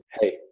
Hey